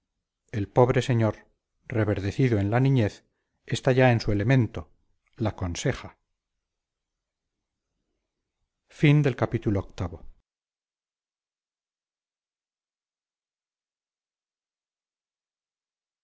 el pobre señor reverdecido en la niñez está ya en su elemento la conseja